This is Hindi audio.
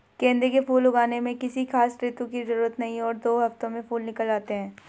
गेंदे के फूल उगाने में किसी खास ऋतू की जरूरत नहीं और दो हफ्तों में फूल निकल आते हैं